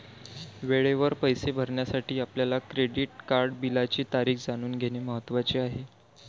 वेळेवर पैसे भरण्यासाठी आपल्या क्रेडिट कार्ड बिलाची तारीख जाणून घेणे महत्वाचे आहे